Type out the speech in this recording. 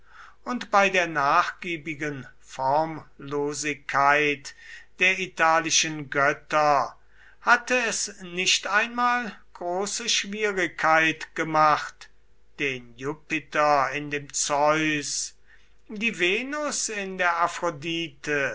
und bei der nachgiebigen formlosigkeit der italischen götter hatte es nicht einmal große schwierigkeit gemacht den jupiter in dem zeus die venus in der